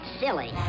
silly